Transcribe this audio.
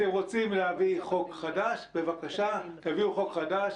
אתם רוצים להביא חוק חדש, בבקשה תביאו חוק חדש.